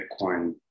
Bitcoin